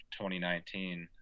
2019